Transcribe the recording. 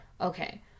Okay